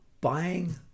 buying